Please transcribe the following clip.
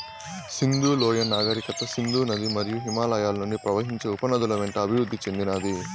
సింధు లోయ నాగరికత సింధు నది మరియు హిమాలయాల నుండి ప్రవహించే ఉపనదుల వెంట అభివృద్ది చెందినాది